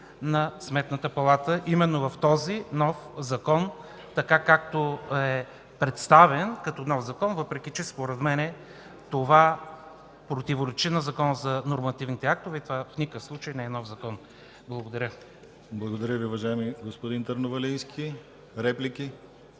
на Сметната палата именно в този нов закон, така както е представен – като нов закон, въпреки че, според мен, това противоречи на Закона за нормативните актове и в никакъв случай не е нов закон. Благодаря. ПРЕДСЕДАТЕЛ ДИМИТЪР ГЛАВЧЕВ: Благодаря Ви, уважаеми господин Търновалийски. Реплики?